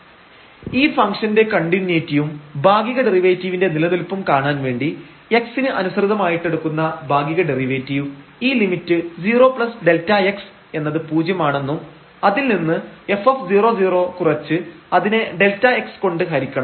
fxyy3 sin⁡1x2 x≠00 x0┤ ഈ ഫംഗ്ഷൻറെ കണ്ടിന്യൂയിറ്റിയും ഭാഗിക ഡെറിവേറ്റീവിന്റെ നിലനിൽപ്പും കാണാൻ വേണ്ടി x ന് അനുസൃതമായിട്ടെടുക്കുന്ന ഭാഗിക ഡെറിവേറ്റീവ് ഈ ലിമിറ്റ് 0Δx എന്നത് പൂജ്യം ആണെന്നും അതിൽ നിന്ന് f00 കുറച്ച് അതിനെ Δx കൊണ്ട് ഹരിക്കണം